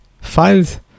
files